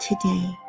today